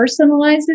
personalizes